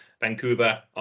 vancouver